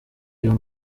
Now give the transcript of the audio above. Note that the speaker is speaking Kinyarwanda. uyu